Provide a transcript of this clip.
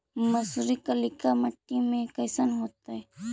मसुरी कलिका मट्टी में कईसन होतै?